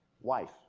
wife